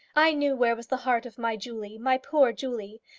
i knew where was the heart of my julie my poor julie!